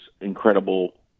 incredible